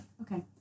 okay